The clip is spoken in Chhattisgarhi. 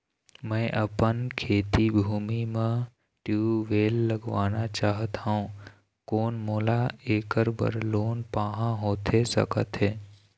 मैं अपन खेती भूमि म ट्यूबवेल लगवाना चाहत हाव, कोन मोला ऐकर बर लोन पाहां होथे सकत हे?